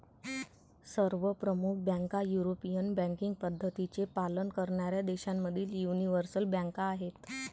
सर्व प्रमुख बँका युरोपियन बँकिंग पद्धतींचे पालन करणाऱ्या देशांमधील यूनिवर्सल बँका आहेत